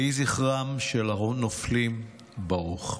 יהי זכרם של הנופלים ברוך.